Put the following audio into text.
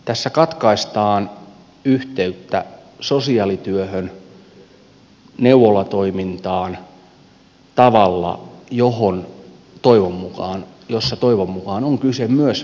tässä katkaistaan yhteyttä sosiaalityöhön neuvolatoimintaan tavalla jossa toivon mukaan on kyse myös välivaiheen ratkaisusta